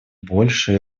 больше